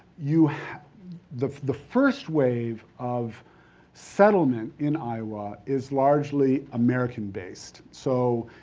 you know the the first wave of settlement in iowa is largely american based, so